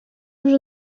вже